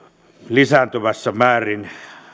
lisääntyvässä määrin